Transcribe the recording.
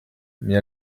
mais